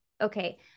okay